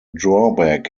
drawback